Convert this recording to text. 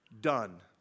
done